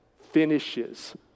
finishes